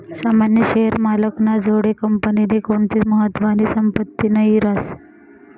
सामान्य शेअर मालक ना जोडे कंपनीनी कोणतीच महत्वानी संपत्ती नही रास